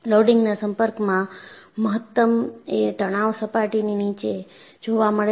લોડિંગના સંપર્કમાં મહત્તમ એ તણાવ સપાટીની નીચે જોવા મળે છે